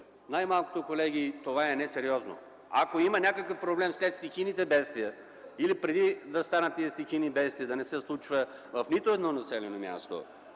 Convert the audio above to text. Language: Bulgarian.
Най-малкото, колеги, това е несериозно. Ако има някакъв проблем след стихийните бедствия или преди тях, да не се случва в нито едно населено място,